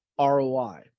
ROI